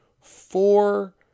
four